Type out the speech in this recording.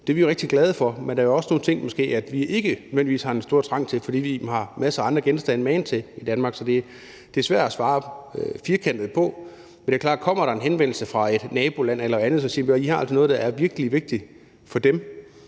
det er vi jo rigtig glade for. Men der er jo måske også nogle ting, vi ikke nødvendigvis har den store trang til, fordi vi har masser af andre genstande magen til i Danmark. Så det er svært at svare firkantet på. Men det er jo klart, at kommer der en henvendelse fra et naboland eller andet, som siger, at vi altså har noget, der er virkelig vigtigt for dem,